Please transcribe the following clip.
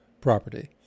property